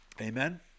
Amen